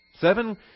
Seven